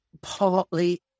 Partly